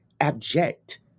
abject